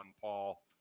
Paul